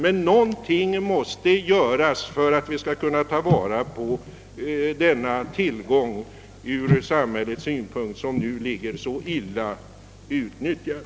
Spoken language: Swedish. Men någonting måste göras för att vi på ett bättre sätt skall kunna ta vara på en tillgång som nu blir illa utnyttjad.